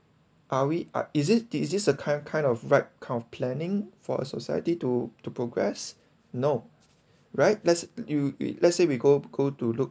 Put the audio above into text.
are we a~ is it is this a kind of kind of right kind of planning for a society to to progress no right lets you if let's say we go go to look